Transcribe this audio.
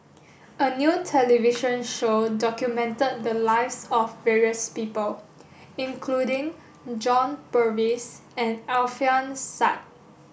a new television show documented the lives of various people including John Purvis and Alfian Sa'at